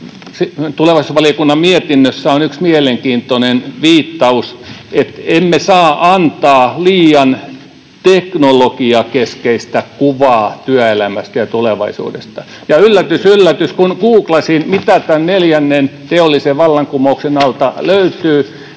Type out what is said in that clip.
tulevaisuusvaliokunnan mietinnössä on yksi mielenkiintoinen viittaus: emme saa antaa liian teknologiakeskeistä kuvaa työelämästä ja tulevaisuudesta. Ja yllätys yllätys — kun googlasin, mitä tämän neljännen teollisen vallankumouksen alta löytyy,